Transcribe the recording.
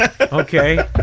Okay